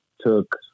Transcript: took